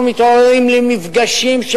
אנחנו מתעוררים למפגשים,